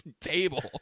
table